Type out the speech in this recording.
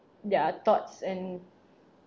their thoughts and